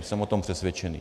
Jsem o tom přesvědčený.